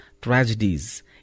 tragedies